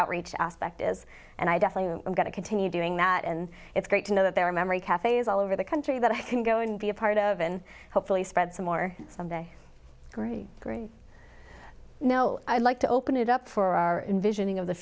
outreach aspect is and i definitely am going to continue doing that and it's great to know that there are memory cafes all over the country that i can go and be a part of and hopefully spread some more some day three no i'd like to open it up for our in visioning of the